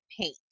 paint